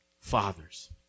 fathers